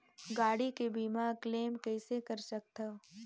गाड़ी के बीमा क्लेम कइसे कर सकथव?